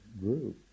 grew